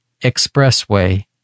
Expressway